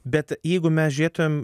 bet jeigu mes žiūrėtumėm